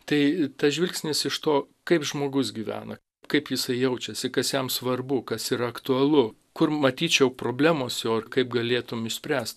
tai tas žvilgsnis iš to kaip žmogus gyvena kaip jisai jaučiasi kas jam svarbu kas yra aktualu kur matyčiau problemos jo ir kaip galėtum išspręst